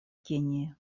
кении